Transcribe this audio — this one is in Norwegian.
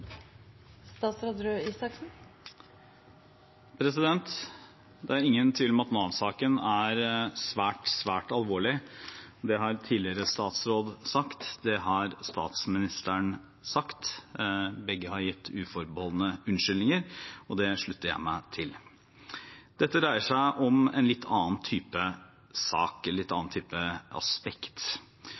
statsråd Røe Isaksen, som skal på talerstolen nå etter meg. Det er ingen tvil om at Nav-saken er svært, svært alvorlig. Det har tidligere statsråd sagt, det har statsministeren sagt. Begge har gitt uforbeholdne unnskyldninger, og det slutter jeg meg til. Dette dreier seg om en litt annen type sak, en litt annen type aspekt.